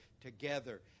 together